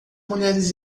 mulheres